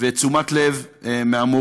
ואותה תשומת לב מהמורים?